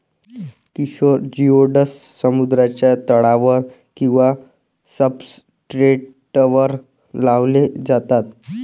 किशोर जिओड्स समुद्राच्या तळावर किंवा सब्सट्रेटवर लावले जातात